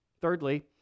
Thirdly